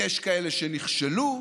יש כאלה שנכשלו.